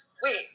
Wait